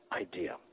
idea